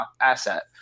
asset